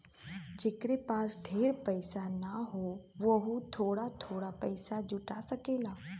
जेकरे पास ढेर पइसा ना हौ वोहू थोड़ा थोड़ा पइसा जुटा सकेला